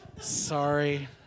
Sorry